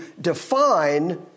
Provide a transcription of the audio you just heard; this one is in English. define